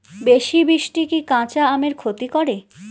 বেশি বৃষ্টি কি কাঁচা আমের ক্ষতি করে?